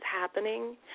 happening